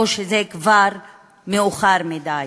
או שזה כבר מאוחר מדי.